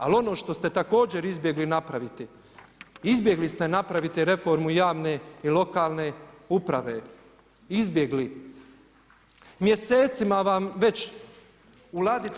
Ali ono što ste također izbjegli napraviti, izbjegli ste napraviti reformu javne i lokalne uprave, izbjegli, mjesecima vam već u ladici stoji.